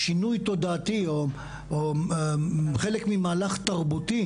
שינוי תודעתי או חלק ממהלך תרבותי